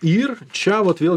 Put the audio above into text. ir šiuo čia vot vėl